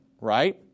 right